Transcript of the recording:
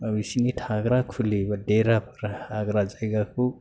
बिसोरनि थाग्रा खुलि एबा देराफ्रा हाग्रा जायगाखौ